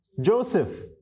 Joseph